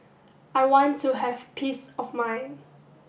I want to have peace of mind